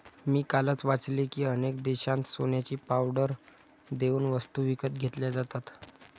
मी कालच वाचले की, अनेक देशांत सोन्याची पावडर देऊन वस्तू विकत घेतल्या जातात